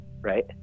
right